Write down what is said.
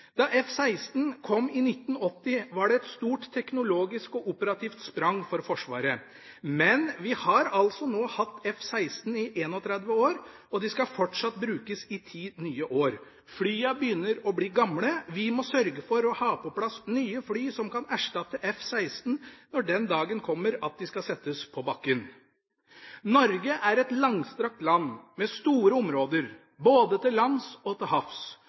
Da F-16 kom i 1980, var det et stort teknologisk og operativt sprang for Forsvaret. Men vi har altså nå hatt F-16 i 31 år, og de skal fortsatt brukes i ti nye år. Flyene begynner å bli gamle. Vi må sørge for å ha på plass nye fly som kan erstatte F-16 når den dagen kommer at de skal settes på bakken. Norge er et langstrakt land med store områder både til lands og til havs